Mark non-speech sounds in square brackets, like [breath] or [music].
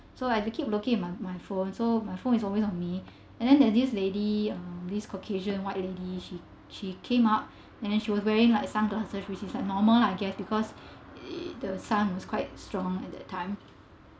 so I have to keep looking at my my phone so my phone is always on me and then there's this lady um this caucasian white lady she she came out and then she was wearing like sunglasses which is like normal lah I guess because [breath] e~ the sun was quite strong at that time